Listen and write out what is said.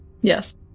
Yes